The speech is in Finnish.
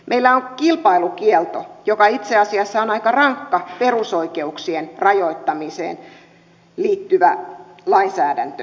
meillä on kilpailukielto joka itse asiassa on aika rankka perusoikeuksien rajoittamiseen liittyvä lainsäädäntö